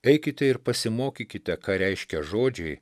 eikite ir pasimokykite ką reiškia žodžiai